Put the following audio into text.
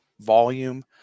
volume